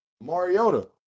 Mariota